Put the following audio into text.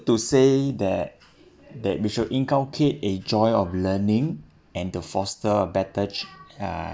to say that that we should inculcate a joy of learning and to foster or better